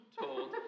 Told